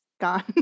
gone